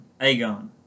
Aegon